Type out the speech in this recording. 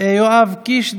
יואב קיש,